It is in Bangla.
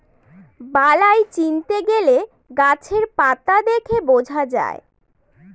বালাই চিনতে গেলে গাছের পাতা দেখে বোঝা যায়